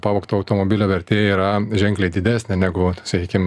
pavogto automobilio vertė yra ženkliai didesnė negu sakykim